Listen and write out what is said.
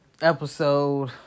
episode